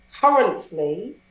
currently